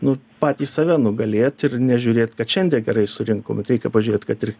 nu patys save nugalėt ir nežiūrėt kad šiandien gerai surinkom reikia pažiūrėt kad ir